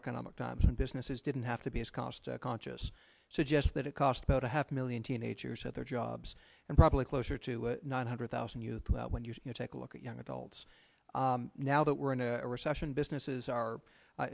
economic times and businesses didn't have to be as cost conscious suggest that it cost about a half million teenagers at their jobs and probably closer to nine hundred thousand you when you take a look at young adults now that we're in a recession businesses are